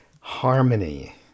harmony